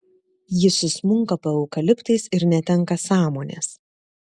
ji susmunka po eukaliptais ir netenka sąmonės